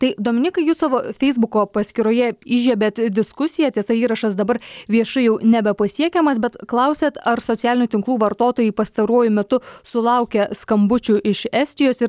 tai dominykai jūs savo feisbuko paskyroje įžiebėt diskusiją tiesa įrašas dabar viešai jau nebepasiekiamas bet klausėt ar socialinių tinklų vartotojai pastaruoju metu sulaukia skambučių iš estijos ir